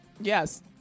Yes